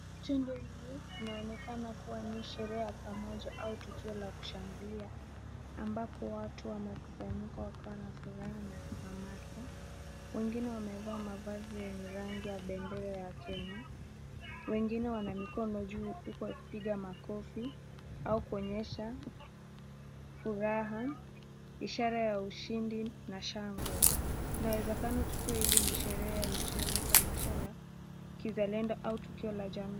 Tukio hili linaonekana kuwa ni sherehe pamoja au tukio la kushangilia ambapo watu wamekusanyika wakiwa na furaha na hamasa. Wengine wamevaa mavazi yenye rangi ya bendera ya Kenya. Wengine wana mikono juu ikiwa wakipiga makofi au kuonyesha furaha, ishara ya ushindi na shangwe. Inawezekana tukio hili ni sherehe ya michezo, tamasha la kizalendo au tukio la jamii.